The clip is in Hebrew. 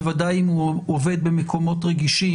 בוודאי אם הוא עובד במקומות רגישים,